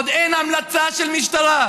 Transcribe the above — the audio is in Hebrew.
עוד אין המלצה של משטרה,